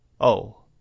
Oh